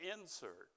insert